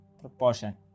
proportion